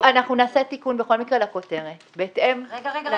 נעשה תיקון בכל מקרה לכותרת בהתאם לנוסח.